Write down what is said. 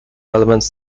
elements